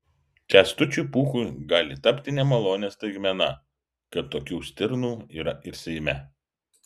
kęstučiui pūkui gali tapti nemalonia staigmena kad tokių stirnų yra ir seime